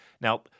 Now